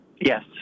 Yes